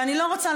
ואני לא רוצה,